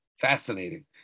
Fascinating